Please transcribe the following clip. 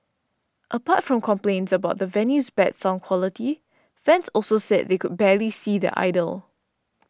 apart from complaints about the venue's bad sound quality fans also said they could barely see their idol